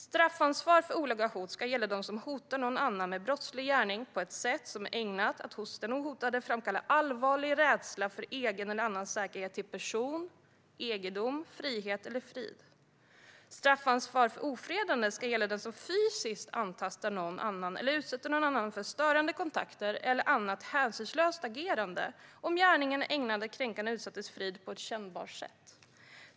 Straffansvar för olaga hot ska gälla för den som hotar någon annan med brottslig gärning på ett sätt som är ägnat att hos den hotade framkalla allvarlig rädsla för egen eller annans säkerhet till person, egendom, frihet eller frid. Straffansvar för ofredande ska gälla för den som fysiskt antastar någon annan eller utsätter någon annan för störande kontakter eller annat hänsynslöst agerande, om gärningen är ägnad att kränka den utsattes frid på ett kännbart sätt.